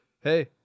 hey